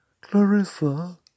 Clarissa